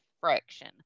fraction